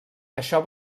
això